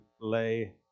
lay